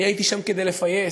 אני הייתי שם כדי לפייס,